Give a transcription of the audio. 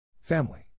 Family